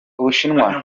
ubushinwa